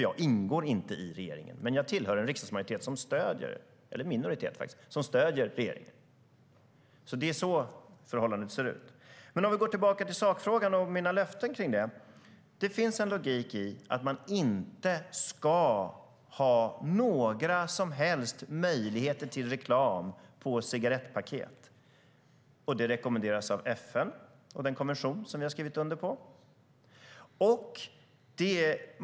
Jag ingår inte i regeringen, men jag tillhör en riksdagsminoritet som stöder regeringen. Det är så förhållandet ser ut. Om vi går tillbaka till sakfrågan och mina löften kring den finns det en logik i att man inte ska ha några som helst möjligheter till reklam på cigarettpaket. Det rekommenderas av FN och den konvention vi har skrivit under.